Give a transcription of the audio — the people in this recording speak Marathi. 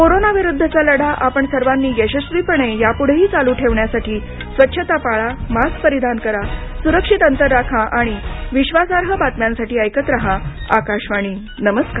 कोरोनाविरुद्धचा लढा आपण सर्वांनी यशस्वीपणे याप्ढेही चालू ठेवण्यासाठी स्वच्छता पाळा मास्क परिधान करा स्रक्षित अंतर राखा आणि विश्वासार्ह बातम्यांसाठी ऐकत राहा आकाशवाणी नमस्कार